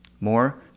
More